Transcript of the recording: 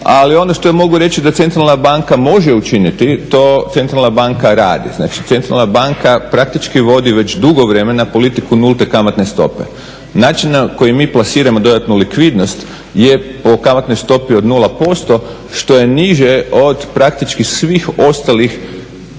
ali ono što mogu reći da centralna banka može učiniti to centralna banka radi, znači centralna banka praktički vodi već dugo vremena politiku nulte kamatne stope. Način na koji mi plasiramo dodatnu likvidnost je po kamatnoj stopi od 0% što je niže od praktički svih ostalih